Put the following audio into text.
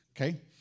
Okay